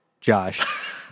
Josh